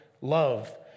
love